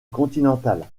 continentale